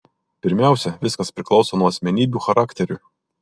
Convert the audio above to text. pirmiausia viskas priklauso nuo asmenybių charakterių